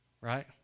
right